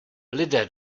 lidé